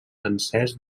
encès